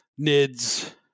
Nids